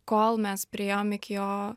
kol mes priėjom iki jo